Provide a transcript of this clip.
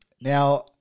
Now